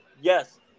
Yes